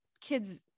kids